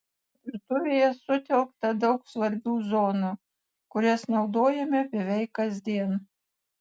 virtuvėje sutelkta daug svarbių zonų kurias naudojame beveik kasdien